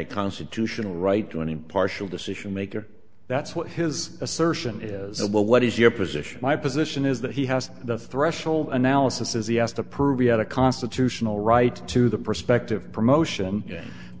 a constitutional right to an impartial decision maker that's what his assertion is but what is your position my position is that he has the threshold analysis as he has to prove he had a constitutional right to the prospective promotion